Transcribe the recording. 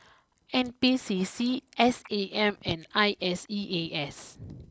N P C C S A M and I S E A S